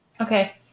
Okay